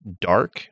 dark